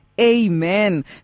Amen